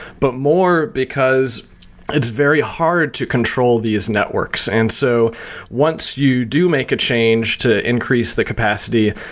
but more because it's very hard to control these networks and so once you do make a change to increase the capacity,